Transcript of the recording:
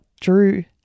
drew